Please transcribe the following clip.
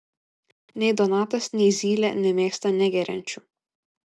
nei donatas nei zylė nemėgsta negeriančių